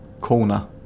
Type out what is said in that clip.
Corner